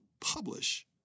publish